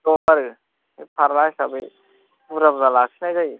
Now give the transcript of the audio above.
ज' आरो पाल्ला हिसाबै बुरजा बुरजा लाखिनाय जायो